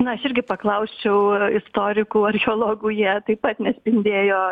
na aš irgi paklausiau istorikų archeologų jie taip pat nespindėjo